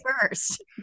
first